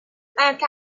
منطقه